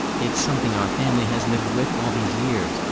it's something our family has lived with all these years,